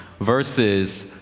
versus